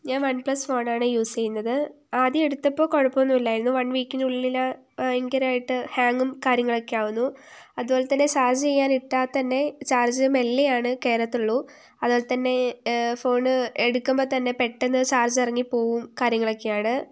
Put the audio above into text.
ഞാൻ OnePlus ഫോണാണ് use ചെയ്യുന്നത് ആദ്യം എടുത്തപ്പോൾ കുഴപ്പമൊന്നും ഇല്ലായിരുന്നു വൺ വീക്കിനുള്ളിൽ ഭയങ്കരമായിട്ട് ഹാങ്ങും കാര്യങ്ങളൊക്കെ ആകുന്നു അതുപോലെത്തന്നെ ചാർജ്ജ് ചെയ്യാൻ ഇട്ടാൽത്തന്നെ ചാർജ്ജ് മെല്ലെയാണ് കയറത്തുള്ളൂ അതുപോലെത്തന്നെ ഫോണ് എടുക്കുമ്പോൾത്തന്നെ പെട്ടന്ന് ചാർജ്ജ് ഇറങ്ങിപ്പോവും കാര്യങ്ങളൊക്കെ ആണ്